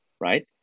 right